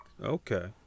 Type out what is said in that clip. Okay